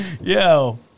Yo